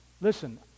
Listen